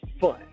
fun